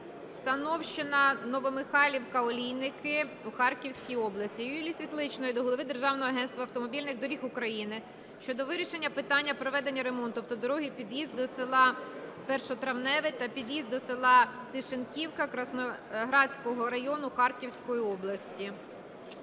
Сахновщина-Новомихайлівка-Олійники (О-212450) у Харківській області. Юлії Світличної до голови Державного агентства автомобільних доріг України щодо вирішення питання проведення ремонту автодороги під'їзд до села Першотравневе та під'їзд до села Тишенківка Красноградського району Харківської області.